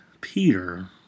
Peter